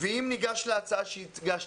אם ניגש להצעה שהגשתם.